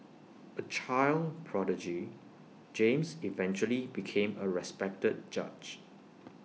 A child prodigy James eventually became A respected judge